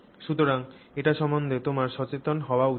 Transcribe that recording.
সুতরাং এটি সম্বন্ধে তোমার সচেতন হওয়া উচিত